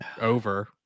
over